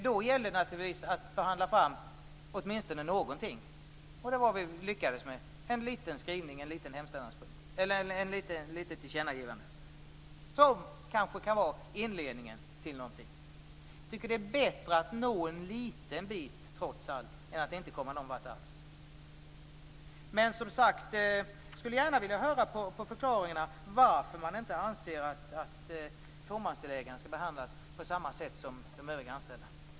Då gällde det naturligtvis att förhandla fram åtminstone någonting. Det var det vi lyckades med. Det blev ett litet tillkännagivande som kanske kan vara inledningen till något. Jag tycker att det är bättre att nå en liten bit trots allt, än att inte komma någonvart. Men jag skulle gärna vilja höra förklaringarna till varför man inte anser att fåmansdelägarna skall behandlas på samma sätt som de övriga anställda.